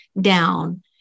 down